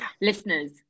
listeners